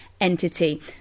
entity